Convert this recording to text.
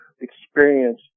experience